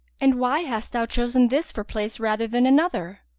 and why hast thou chosen this for place rather than another?